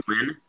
win